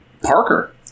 Parker